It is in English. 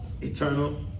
Eternal